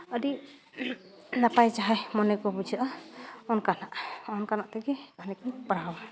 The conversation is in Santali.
ᱟᱹᱰᱤ ᱱᱟᱯᱟᱭ ᱡᱟᱦᱟᱸᱭ ᱢᱚᱱᱮ ᱠᱚ ᱵᱩᱡᱷᱟᱹᱜᱼᱟ ᱚᱱᱠᱟᱱᱟᱜ ᱚᱱᱠᱟᱱᱟᱜ ᱛᱮᱜᱮ ᱠᱟᱹᱦᱱᱤ ᱠᱩᱧ ᱯᱟᱲᱦᱟᱣᱟ